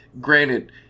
granted